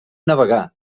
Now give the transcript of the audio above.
navegar